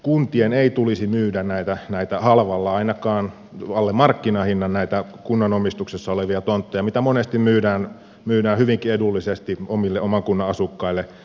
kuntien ei tulisi myydä eun ulkopuolelta tuleville halvalla ainakaan alle markkinahinnan näitä kunnan omistuksessa olevia tontteja joita monesti myydään hyvinkin edullisesti oman kunnan asukkaille